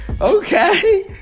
Okay